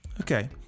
Okay